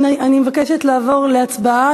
אני מבקשת לעבור להצבעה.